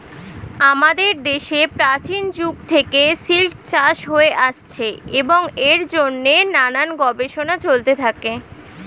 আমাদের দেশে প্রাচীন যুগ থেকে সিল্ক চাষ হয়ে আসছে এবং এর জন্যে নানান গবেষণা চলতে থাকে